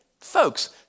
Folks